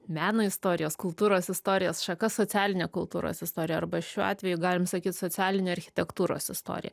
meno istorijos kultūros istorijos šaka socialinė kultūros istorija arba šiuo atveju galim sakyt socialinė architektūros istorija